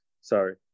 sorry